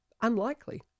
unlikely